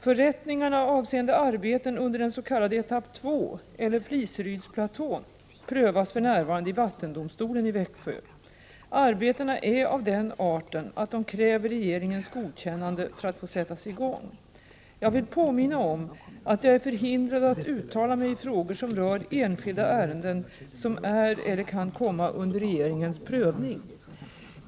Förrättningarna avseende arbeten under den s.k. etapp 2 eller Fliserydsplatån prövas för närvarande i vattendomstolen i Växjö. Arbetena är av den arten att de kräver regeringens godkännande för att få sättas i gång. Jag vill påminna om att jag är förhindrad att uttala mig i frågor som rör enskilda ärenden som är eller kan komma under regeringens prövning.